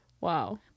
Wow